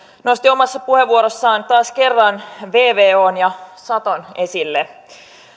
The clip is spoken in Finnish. nosti omassa puheenvuorossaan taas kerran vvon ja saton esille